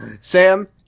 Sam